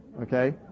okay